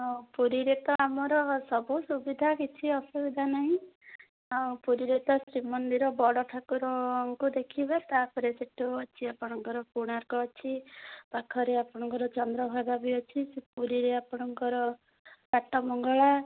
ପୁରୀରେ ତ ଆମର ସବୁ ସୁବିଧା କିଛି ଅସୁବିଧା ନାହିଁ ଆଉ ପୁରୀରେ ତ ଶ୍ରୀମନ୍ଦିର ବଡ଼ ଠାକୁର ଙ୍କୁ ଦେଖିବେ ତା'ପରେ ସେଠୁ ଅଛି ଆପଣଙ୍କର କୋଣାର୍କ ଅଛି ପାଖରେ ଆପଣଙ୍କର ଚନ୍ଦ୍ରଭାଗା ବି ଅଛି ସେ ପୁରୀରେ ଆପଣଙ୍କର ବାଟମଙ୍ଗଳା